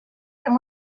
and